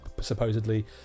supposedly